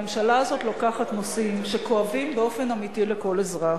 הממשלה הזאת לוקחת נושאים שכואבים באופן אמיתי לכל אזרח,